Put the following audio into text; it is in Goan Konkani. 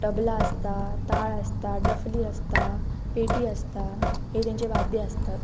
तबला आसता ताळ आसता डफली आसता पेटी आसता हे तेंचे वाद्य आसतात